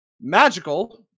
magical